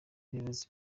ubuyobozi